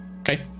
Okay